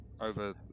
over